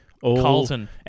Carlton